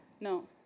no